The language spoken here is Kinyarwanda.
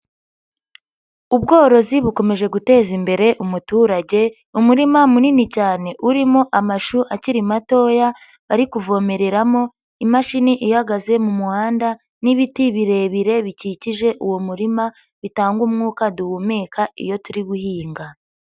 Ubworozi bukomeje guteza imbere umuturage, umurima munini cyane urimo amashu akiri matoya bari kuvomereramo, imashini ihagaze mu muhanda n'ibiti birebire bikikije uwo murima, bitanga umwuka duhumeka iyo turi guhinga.